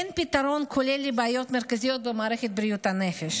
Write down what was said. אין פתרון כולל לבעיות מרכזיות במערכת בריאות הנפש: